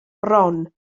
bron